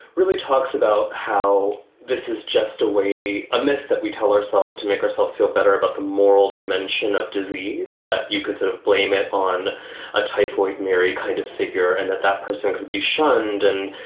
really talks about how this is just a way, a myth that we tell ourselves to make herself feel better about the moral dimension of disease, that you could sort of blame it on a typhoid mary kind of figure and that that person could be shunned. and